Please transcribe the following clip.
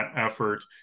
effort